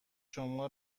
شما